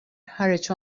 ħareġ